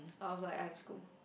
I was like I have school